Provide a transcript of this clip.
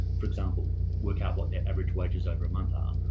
for example, work out what their average wages over a month are,